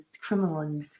criminal